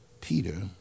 Peter